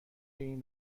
این